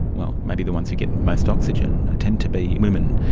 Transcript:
well, may be the ones who get most oxygen, tend to be women.